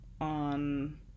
on